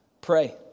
pray